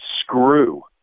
screw